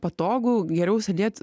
patogu geriau sėdėt